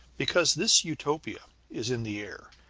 because this utopia is in the air,